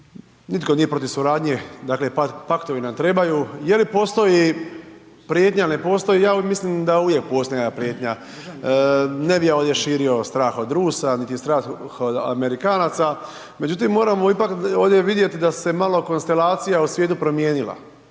Nitko nije protiv suradnje, dakle, paktovi nam trebaju. Je li postoji prijetnja, ne postoji, ja mislim da uvijek postoji nekakva prijetnja, ne bi ja ovdje širio strah od Rusa, niti strah od Amerikanaca. Međutim, moramo ipak ovdje vidjeti da se malo konstelacija o slijedu promijenila,